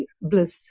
bliss